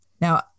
Now